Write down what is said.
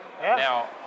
Now